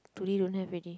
today don't have ready